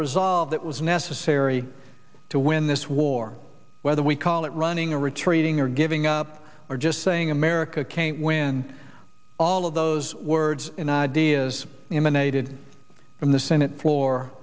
resolve that was necessary to win this war whether we call it running or retreating or giving up or just saying america can't win all of those words and ideas emanated from the senate f